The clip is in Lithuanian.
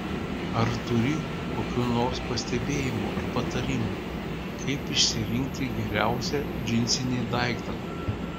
ar turi kokių nors pastebėjimų ar patarimų kaip išsirinkti geriausią džinsinį daiktą